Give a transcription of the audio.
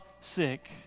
sick